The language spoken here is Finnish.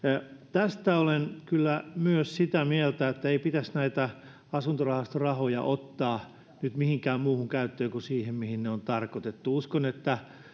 tästä olen kyllä myös sitä mieltä ettei pitäisi nyt näitä asuntorahastorahoja ottaa mihinkään muuhun käyttöön kuin siihen mihin ne on tarkoitettu uskon että